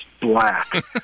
black